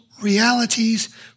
realities